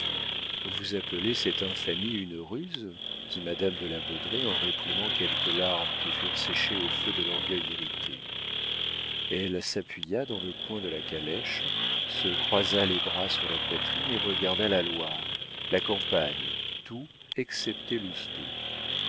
vous appelez cette infamie une ruse dit madame de la baudraye en réprimant quelques larmes qui furent séchées au feu de l'orgueil irrité elle s'appuya dans le coin de la calèche se croisa les bras sur la poitrine et regarda la loire la campagne tout excepté